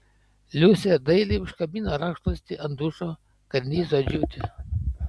liusė dailiai užkabino rankšluostį ant dušo karnizo džiūti